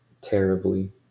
terribly